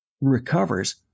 recovers